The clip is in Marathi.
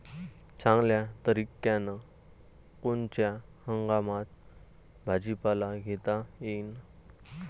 चांगल्या तरीक्यानं कोनच्या हंगामात भाजीपाला घेता येईन?